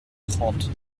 trente